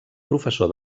professor